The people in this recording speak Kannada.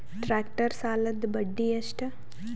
ಟ್ಟ್ರ್ಯಾಕ್ಟರ್ ಸಾಲದ್ದ ಬಡ್ಡಿ ಎಷ್ಟ?